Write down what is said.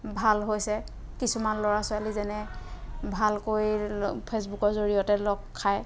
ভাল হৈছে কিছুমান ল'ৰা ছোৱালী যেনে ভালকৈ ফেচবুকৰ জৰিয়তে লগ খায়